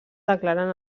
declaren